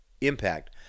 impact